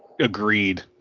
Agreed